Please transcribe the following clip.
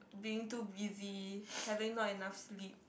being too busy having not enough sleep